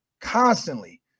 constantly